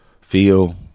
feel